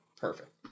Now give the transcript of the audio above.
perfect